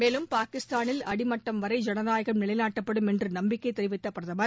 மேலும் பாகிஸ்தானில் அடிமட்டம் வரை ஜனநாயகம் நிலைநாட்டப்படும் என்று நம்பிக்கை தெரிவித்த பிரதமர்